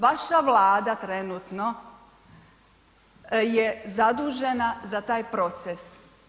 Vaša vlada trenutno, je zadužena za taj proces.